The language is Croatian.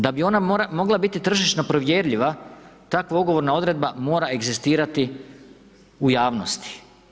Da bi ona mogla biti tržišno provjerljiva takva ugovorna odredba mora egzistirati u javnosti.